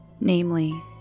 namely